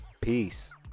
peace